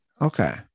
Okay